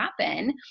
happen